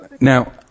now